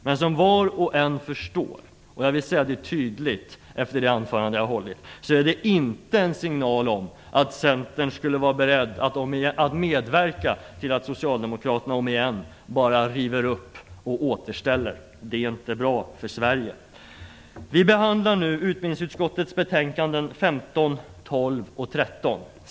Men som var och en förstår - och jag vill säga det tydligt efter det anförande jag har hållit - är det inte en signal om att Centern skulle vara beredd att medverka till att socialdemokraterna om igen river upp och återställer. Det är inte bra för Sverige. Vi behandlar nu utbildningsutskottets betänkanden 15, 12 och 13.